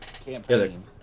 campaign